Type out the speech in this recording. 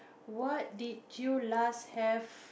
what did you last have